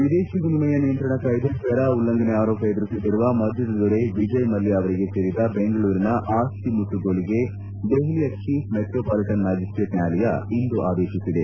ವಿದೇಶಿ ವಿನಿಮಯ ನಿಯಂತ್ರಣ ಕಾಯಿದೆ ಫೆರಾ ಉಲ್ಲಂಘನೆ ಆರೋಪ ಎದುರಿಸುತ್ತಿರುವ ಮದ್ಯದ ದೊರೆ ವಿಜಯ್ ಮಲ್ಕ ಅವರಿಗೆ ಸೇರಿದ ಬೆಂಗಳೂರಿನಲ್ಲಿನ ಆಸ್ತಿ ಮುಟ್ಟುಗೋಲಿಗೆ ದೆಹಲಿಯ ಚೀಫ್ ಮೆಟ್ರೋಪಾಲಿಟನ್ ಮ್ಯಾಜಿಸ್ಟೇಟ್ ನ್ಯಾಯಾಲಯ ಇಂದು ಆದೇತಿಸಿದೆ